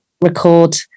record